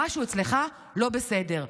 משהו אצלך לא בסדר.